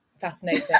fascinating